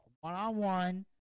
One-on-one